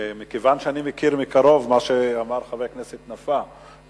מכיוון שאני מכיר מקרוב את מה שאמר שחבר הכנסת נפאע,